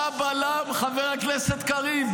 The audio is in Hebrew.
מה הבלם, חבר הכנסת קריב?